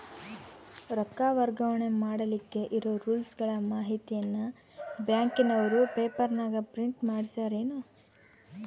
ರೊಕ್ಕ ವರ್ಗಾವಣೆ ಮಾಡಿಲಿಕ್ಕೆ ಇರೋ ರೂಲ್ಸುಗಳ ಮಾಹಿತಿಯನ್ನ ಬ್ಯಾಂಕಿನವರು ಪೇಪರನಾಗ ಪ್ರಿಂಟ್ ಮಾಡಿಸ್ಯಾರೇನು?